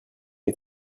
est